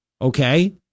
okay